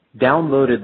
downloaded